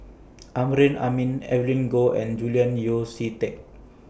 Amrin Amin Evelyn Goh and Julian Yeo See Teck